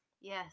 Yes